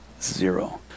zero